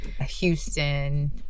Houston